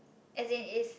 as in is